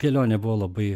kelionė buvo labai